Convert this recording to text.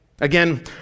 Again